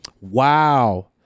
Wow